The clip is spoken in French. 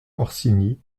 orsini